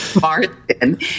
Martin